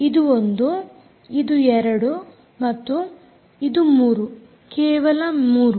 ಇದು ಒಂದು ಇದು 2 ಮತ್ತು ಇದು 3 ಕೇವಲ 3